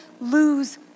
lose